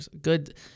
good